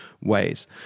ways